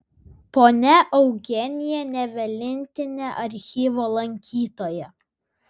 ponia eugenija ne vienintelė archyvo lankytoja